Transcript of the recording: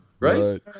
right